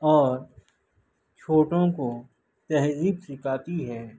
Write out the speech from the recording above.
اور چھوٹوں کو تہذیب سکھاتی ہے